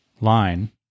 line